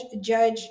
judge